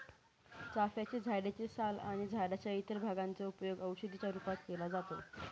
चाफ्याच्या झाडे चे साल आणि झाडाच्या इतर भागांचा उपयोग औषधी च्या रूपात केला जातो